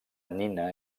nina